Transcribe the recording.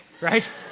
right